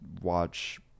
watch